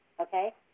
Okay